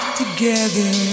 together